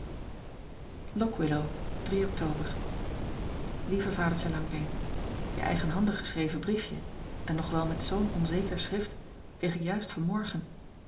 ock illow ctober ieve adertje angbeen e eigenhandig geschreven briefje en nog wel met zoo n onzeker schrift kreeg ik juist vanmorgen